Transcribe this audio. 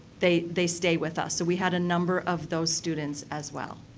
they they stay with us. so, we had a number of those students as well.